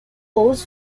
holds